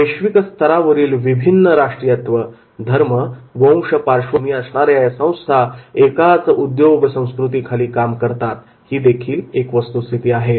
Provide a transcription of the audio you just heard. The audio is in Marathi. वैश्विक स्तरावरील विभिन्न राष्ट्रीयत्व धर्म वंश पार्श्वभूमी असणाऱ्या या संस्था एकाच उद्योग संस्कृती खाली काम करतात हीदेखील एक वस्तुस्थिती आहे